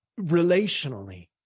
relationally